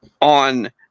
on